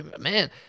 man